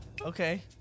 okay